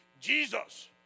Jesus